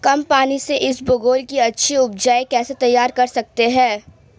कम पानी से इसबगोल की अच्छी ऊपज कैसे तैयार कर सकते हैं?